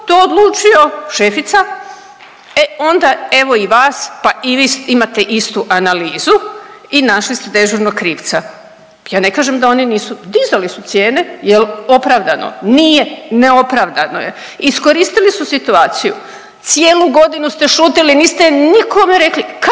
to odlučio, šefica e onda evo i vas pa i vi imate istu analizu i našli ste dežurnog krivca. Ja ne kažem da oni nisu, dizali su cijene. Jel' opravdano? Nije. Neopravdano je. Iskoristili su situaciju. Cijelu godinu ste šutili niste nikome rekli, kad